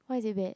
why is it bad